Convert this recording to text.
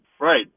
right